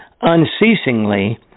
unceasingly